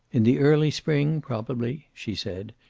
in the early spring, probably, she said,